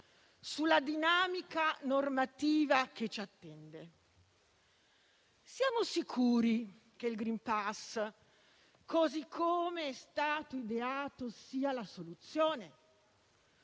sulla dinamica normativa che ci attende. Siamo sicuri che il *green pass*, così come è stato ideato, sia la soluzione?